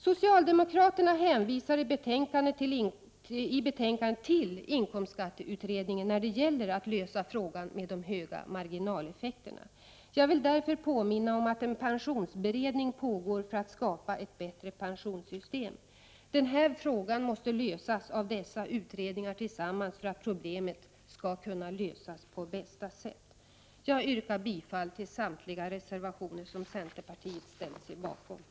Socialdemokraterna hänvisar i betänkandet till inkomstskatteutredningen när det gäller att lösa frågan med de höga marginaleffekterna. Jag vill därför påminna om att en pensionsberedning pågår för att skapa ett bättre pensionssystem. Den här frågan måste klaras upp av dessa utredningar tillsammans för att problemet skall kunna lösas på bästa sätt. Jag yrkar bifall till samtliga reservationer som centerpartiet ställt sig bakom.